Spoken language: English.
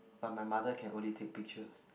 but my mother can only take pictures